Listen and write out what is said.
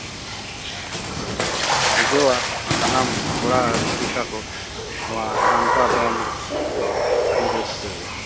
ᱵᱩᱡᱷᱹᱟᱣᱟ ᱥᱟᱱᱟᱢ ᱠᱚᱲᱟ ᱨᱩᱥᱤᱠᱟ ᱠᱚ ᱱᱚᱣᱟ ᱰᱟᱱᱴᱟ ᱫᱚᱱ ᱫᱚ ᱟᱹᱰᱤ ᱨᱟᱹᱥᱠᱟᱹᱜᱮ